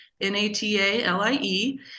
N-A-T-A-L-I-E